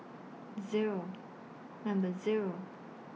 Zero and Zero